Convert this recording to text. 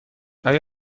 آیا